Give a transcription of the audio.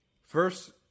First